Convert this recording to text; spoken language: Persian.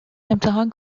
امتحان